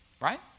right